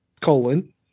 colon